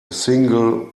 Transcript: single